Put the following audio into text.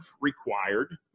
required